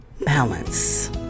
balance